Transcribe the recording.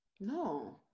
No